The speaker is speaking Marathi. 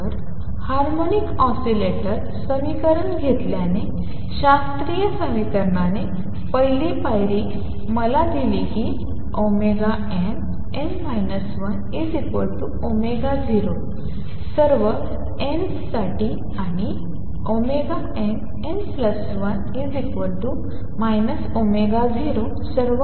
तर हार्मोनिक ऑसीलेटर समीकरण घेतल्याने शास्त्रीय समीकरणाने पहिली पायरी मला दिली की nn 10 सर्व ns साठी आणि nn1 0 सर्व n's साठी